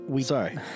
Sorry